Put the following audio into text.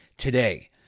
today